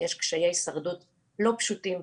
יש קשיי הישרדות לא פשוטים.